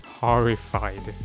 horrified